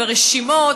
ורשימות,